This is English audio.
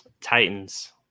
Titans